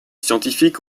scientifiques